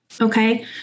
Okay